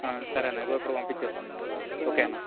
సరే అన్న ఇదిగో ఇప్పుడు పంపించేస్తాను ఓకే అన్న